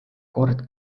kord